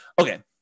okay